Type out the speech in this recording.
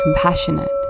compassionate